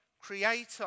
creator